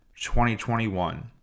2021